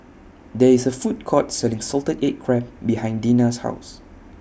There IS A Food Court Selling Salted Egg Crab behind Dena's House